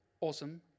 Awesome